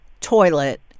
toilet